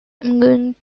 going